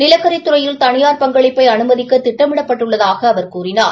நிலக்கித் துறையில் தனியார் பங்ளிப்பை அனுமதிக்க திட்டமிடப்பட்டுள்ளதாக அவர் கூறினார்